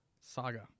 saga